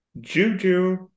Juju